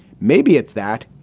maybe it's that